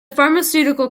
pharmaceutical